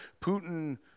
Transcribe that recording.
Putin